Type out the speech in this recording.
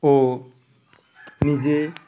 ଓ ନିଜେ